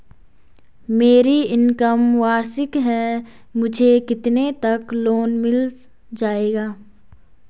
मेरी इनकम वार्षिक है मुझे कितने तक लोन मिल जाएगा?